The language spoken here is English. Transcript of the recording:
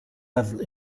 have